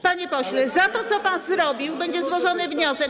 Panie pośle, za to, co pan zrobił, będzie złożony wniosek.